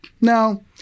No